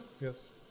Yes